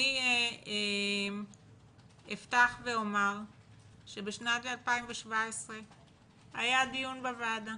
אני אפתח ואומר שבשנת 2017 היה דיון בוועדה